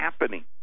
happening